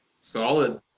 Solid